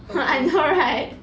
ha I know right